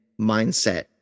mindset